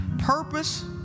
Purpose